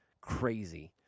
Crazy